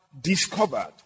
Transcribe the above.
discovered